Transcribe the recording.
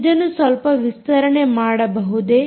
ಇದನ್ನು ಸ್ವಲ್ಪ ವಿಸ್ತರಣೆ ಮಾಡಬಹುದೇ